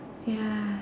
ya